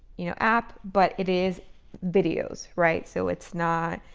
you know, app, but it is videos, right? so it's not,